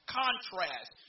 contrast